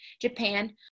Japan